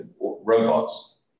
robots